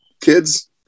kids